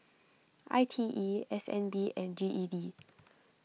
I T E S N B and G E D